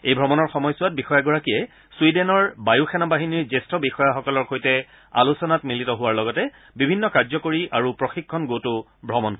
এই ভ্ৰমণৰ সময়ছোৱাত বিষয়াগৰাকীয়ে ছুইডেনৰ বায়ু সেনা বাহিনীৰ জ্যেষ্ঠ বিষয়াসকলৰ সৈতে আলোচনাত মিলিত হোৱাৰ লগতে বিভিন্ন কাৰ্যকৰী আৰু প্ৰশিক্ষণ গোটো ভ্ৰমণ কৰিব